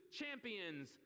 champions